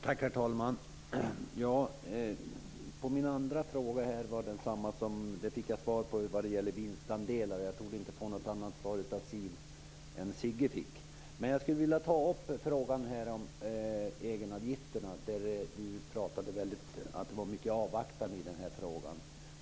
Herr talman! Jag fick svar på min andra fråga, som gällde vinstandelar. Jag torde inte få något annat svar av Siw Wittgren-Ahl än vad Sigge Godin fick. Men jag vill ta upp frågan om egenavgifterna. Siw Wittgren-Ahl var mycket avvaktande till den.